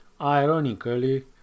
Ironically